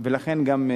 ולכן גם,